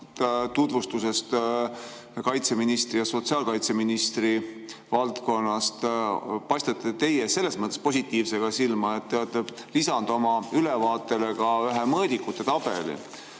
tutvustusest, kaitseministri ja sotsiaalkaitseministri valdkonnast, paistate teie selles mõttes positiivsega silma, et te olete lisanud oma ülevaatele ka ühe mõõdikute tabeli.